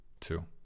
Two